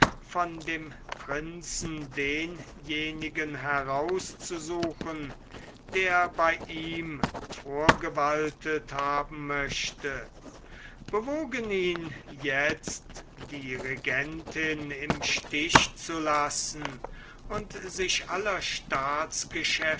von dem prinzen denjenigen herauszusuchen der bei ihm vorgewaltet haben möchte bewogen ihn jetzt die regentin im stich zu lassen und sich aller